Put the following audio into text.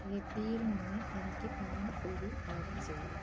കെപിയിൽ നിന്ന് എനിക്ക് പാനിപ്പൂരി ഓർഡർ ചെയ്യൂ